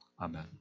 Amen